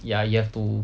ya you have to